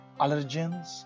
allergens